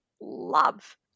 love